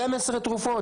12 תרופות.